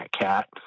cat